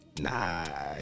Nah